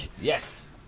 Yes